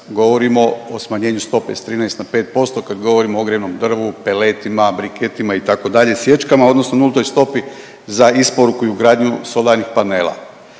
govorimo o smanjenju stope s 13 na 5% kad govorimo o ogrjevnom drvu, peletima, briketima itd. sječkama odnosno nultoj stopi za isporuku i u gradnju solarnih panela.